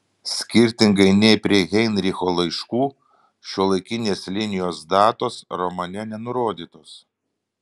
skirtingai nei prie heinricho laiškų šiuolaikinės linijos datos romane nenurodytos